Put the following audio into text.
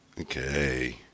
Okay